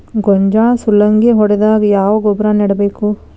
ಗೋಂಜಾಳ ಸುಲಂಗೇ ಹೊಡೆದಾಗ ಯಾವ ಗೊಬ್ಬರ ನೇಡಬೇಕು?